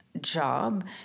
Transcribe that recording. job